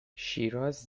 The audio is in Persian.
شیراز